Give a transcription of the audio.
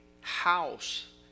house